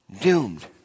doomed